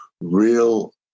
real